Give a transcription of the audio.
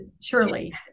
surely